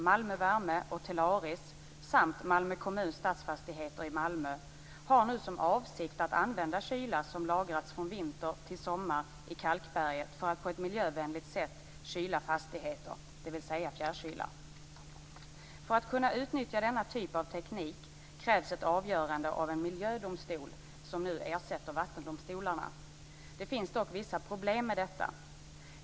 Malmö kommun, Stadsfastigheter i Malmö har nu för avsikt att använda kyla som lagrats från vinter till sommar i kalkberget för att på ett miljövänligt sätt kyla fastigheter, dvs. fjärrkyla. För att kunna utnyttja denna typ av teknik krävs ett avgörande av en miljödomstol som nu ersätter vattendomstolarna. Det finns dock vissa problem med detta.